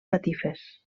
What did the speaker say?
catifes